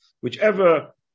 Whichever